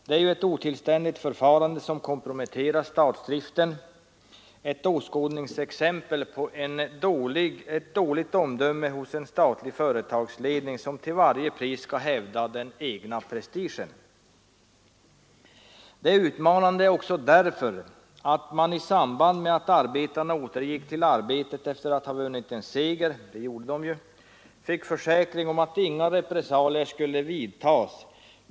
Det är ett otillständigt förfarande som komprometterar statsdriften, ett åskådningsexempel på dåligt omdöme hos en statlig företagsledning, som till varje pris skall hävda den egna prestigen. Det är utmanande också därför att arbetarna i samband med att de återgick till arbetet efter att ha vunnit en seger — det gjorde de ju — fick en försäkran om att inga repressalier skulle vidtas.